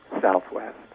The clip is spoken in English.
southwest